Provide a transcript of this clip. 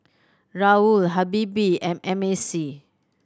Raoul Habibie and M A C